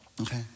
Okay